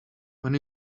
when